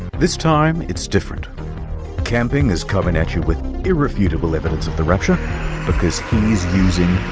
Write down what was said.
this time, it's different camping is coming at you with irrefutable evidence of the rapture because he is using.